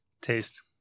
Taste